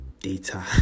data